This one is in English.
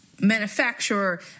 manufacturer